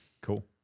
cool